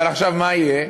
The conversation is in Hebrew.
אבל עכשיו מה יהיה?